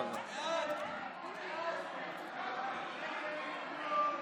איסור על פתיחת נציגות דיפלומטית זרה) לא נתקבלה.